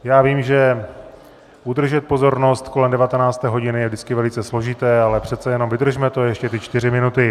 Já vím, že udržet pozornost kolem 19. hodiny je vždycky velice složité, ale přece jenom vydržme to ještě ty čtyři minuty.